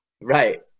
Right